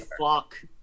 fuck